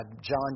John